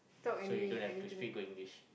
so you don't have to speak good English